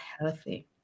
healthy